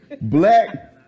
Black